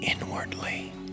inwardly